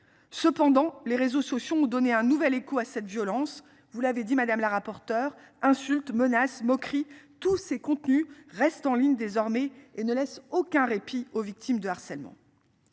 Cependant, les réseaux sociaux ont donné un nouvel écho à cette violence. Vous l'avez dit madame la rapporteure, insultes, menaces, moqueries tous ces contenus reste en ligne désormais et ne laissent aucun répit aux victimes de harcèlement.